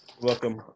Welcome